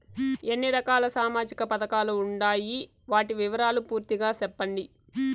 ఎన్ని రకాల సామాజిక పథకాలు ఉండాయి? వాటి వివరాలు పూర్తిగా సెప్పండి?